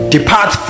Depart